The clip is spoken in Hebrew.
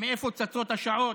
מאיפה צצות השעות?